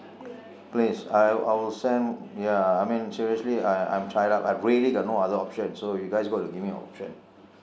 please I I will send ya I mean seriously I I am tied up I really got no other option so you guys got to give me options